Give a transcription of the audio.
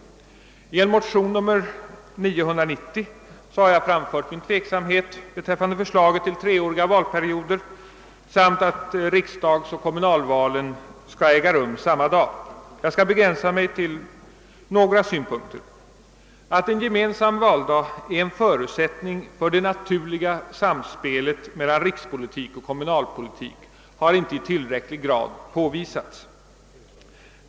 I en motion, nr 990 i denna kammare, har jag framfört min tveksamhet beträffande förslaget till treåriga valperioder samt beträffande förslaget att riksdagsval och kommunalval skall äga rum på samma dag. Jag skall här begränsa mig till några synpunkter på detta. Att en gemensam valdag är en förutsättning för det naturliga samspelet mellan rikspolitik och kommunalpolitik har inte i tillräcklig grad påvisats.